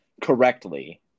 correctly